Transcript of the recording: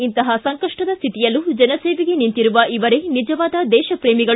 ಇಂತಹ ಸಂಕಷ್ಟದ ಸ್ಥಿತಿಯಲ್ಲೂ ಜನಸೇವೆಗೆ ನಿಂತಿರುವ ಇವರೇ ನಿಜವಾದ ದೇಶಪ್ರೇಮಿಗಳು